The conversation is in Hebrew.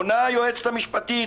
אוי ואבוי ליום הזה.